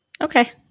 Okay